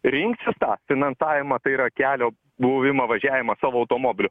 rinksis tą finansavimą tai yra kelio buvimą važiavimą savo automobiliu